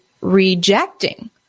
rejecting